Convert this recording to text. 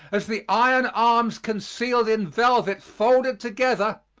as the iron arms concealed in velvet folded together,